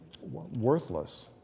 worthless